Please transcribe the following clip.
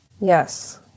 yes